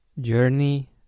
journey